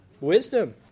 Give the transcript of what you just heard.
Wisdom